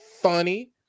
funny